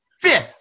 fifth